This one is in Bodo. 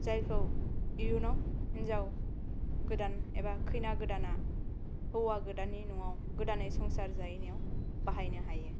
जायखौ इउनाव हिनजाव गोदान एबा खैना गोदाना हौवा गोदाननि न'आव गोदानै संसार जायैनायाव बाहायनो हायो